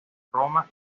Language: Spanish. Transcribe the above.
roma